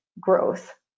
growth